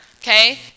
okay